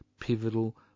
pivotal